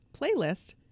playlist